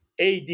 AD